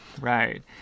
right